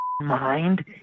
mind